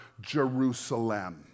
Jerusalem